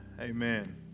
amen